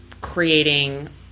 creating